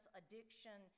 addiction